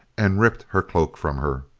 and ripped her cloak from her.